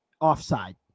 Offside